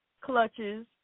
clutches